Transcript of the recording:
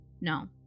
No